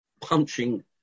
punching